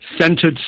centered